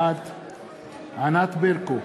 בעד ענת ברקו,